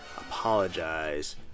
apologize